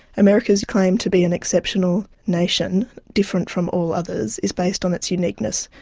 america's claim to be an exceptional nation, different from all others, is based on its uniqueness,